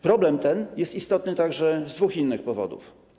Problem ten jest istotny także z dwóch innych powodów.